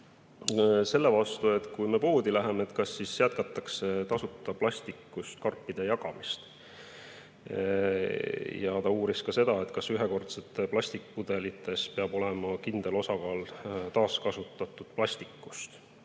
selle vastu, et kui me poodi lähme, kas siis jätkatakse tasuta plastikust karpide jagamist. Ta uuris ka seda, kas ühekordsetes plastikpudelites peab olema kindel osakaal taaskasutatud plastikut.